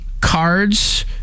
cards